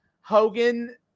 Hogan